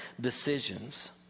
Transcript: decisions